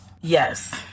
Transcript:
yes